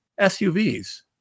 SUVs